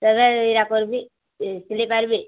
ହେଲେ ୟା ପରେବି ସିଲେଇ ପାରିବେ